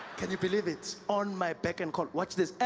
can you believe it, on my beck and call. watch this.